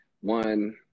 one